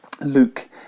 Luke